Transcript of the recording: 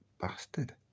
bastard